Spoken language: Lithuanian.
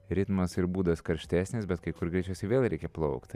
ritmas ir būdas karštesnis bet kai kur greičiausiai vėl reikia plaukti